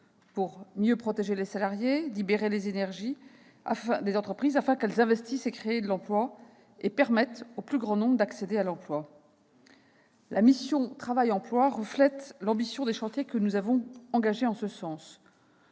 de mieux protéger les salariés et de libérer les énergies des entreprises, afin que ces dernières investissent et créent de l'emploi, permettant au plus grand nombre d'accéder à l'emploi. La mission « Travail et emploi » reflète l'ambition des chantiers que nous avons engagés en ce sens.